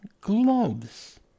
gloves